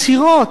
מצהירות,